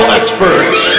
experts